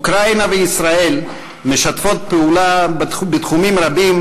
אוקראינה וישראל משתפות פעולה בתחומים רבים,